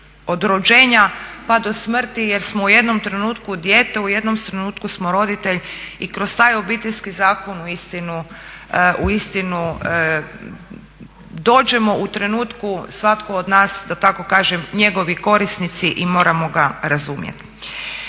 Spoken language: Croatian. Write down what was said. rođenja pa do smrti jer smo u jednom trenutku dijete, u jednom trenutku smo roditelj i kroz taj Obiteljski zakon uistinu dođemo u trenutku svatko od nas da tako kažem njegovi korisnici i moramo ga razumjet.